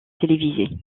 télévisées